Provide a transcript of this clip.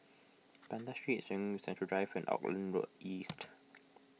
Banda Street Serangoon Central Drive and Auckland Road East